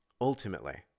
Ultimately